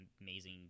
amazing